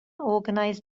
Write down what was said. organized